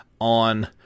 on